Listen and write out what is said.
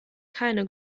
keine